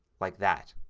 like that.